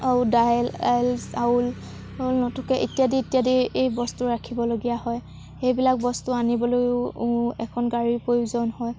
আৰু দাইল চাউল নটুকে ইত্যাদি ইত্যাদি এই বস্তু ৰাখিবলগীয়া হয় সেইবিলাক বস্তু আনিবলৈয়ো এখন গাড়ীৰ প্ৰয়োজন হয়